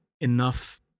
enough